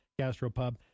Gastropub